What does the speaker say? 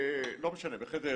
לא משנה, בחדרה.